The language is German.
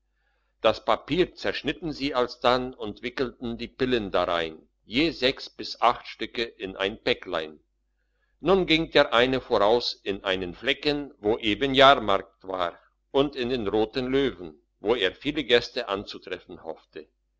das papier zerschnitten sie alsdann und wickelten die pillen darein je sechs bis acht stücke in ein päcklein nun ging der eine voraus in einen flecken wo eben jahrmarkt war und in den roten löwen wo er viele gäste anzutreffen hoffte